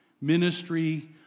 ministry